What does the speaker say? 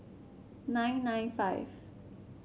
nine nine five